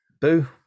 boo